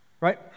right